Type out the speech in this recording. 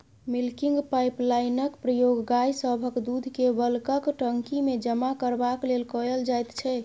milking पाइपलाइनक प्रयोग गाय सभक दूधकेँ बल्कक टंकीमे जमा करबाक लेल कएल जाइत छै